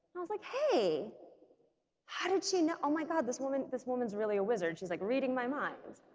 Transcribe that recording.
i was like hey how did she know? oh my god this woman's this woman's really a wizard, she's like reading my mind.